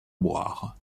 boire